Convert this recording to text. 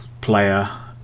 player